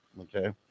okay